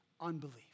Unbelief